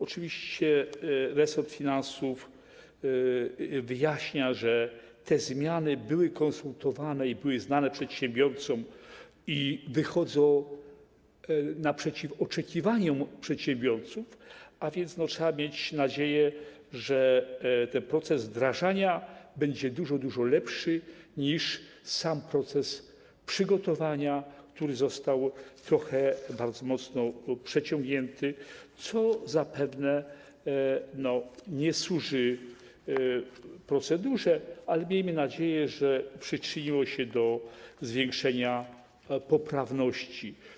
Oczywiście resort finansów wyjaśnia, że te zmiany były konsultowane i były znane przedsiębiorcom i wychodzą naprzeciw oczekiwaniom przedsiębiorców, a więc trzeba mieć nadzieję, że ten proces wdrażania będzie dużo, dużo lepszy niż sam proces przygotowania, który został bardzo mocno przeciągnięty, co zapewne nie służy procedurze, ale miejmy nadzieję, że przyczyniło się to do zwiększenia poprawności.